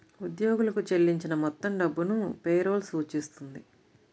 ఉద్యోగులకు చెల్లించిన మొత్తం డబ్బును పే రోల్ సూచిస్తుంది